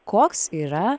koks yra